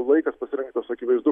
laikas pasirinktas akivaizdu